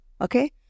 okay